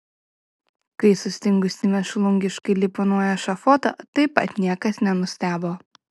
kai sustingusi mėšlungiškai lipo nuo ešafoto taip pat niekas nenustebo